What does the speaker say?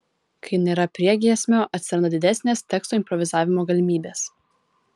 kai nėra priegiesmio atsiranda didesnės teksto improvizavimo galimybės